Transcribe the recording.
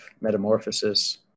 metamorphosis